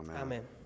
Amen